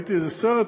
ראיתי איזה סרט,